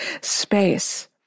space